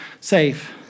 safe